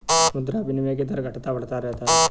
मुद्रा विनिमय के दर घटता बढ़ता रहता है